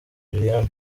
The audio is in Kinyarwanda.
liliane